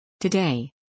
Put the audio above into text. Today